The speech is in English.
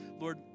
Lord